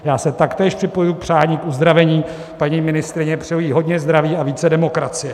Já se taktéž připojuji k přání uzdravení paní ministryně, přeji jí hodně zdraví a více demokracie.